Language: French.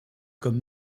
comme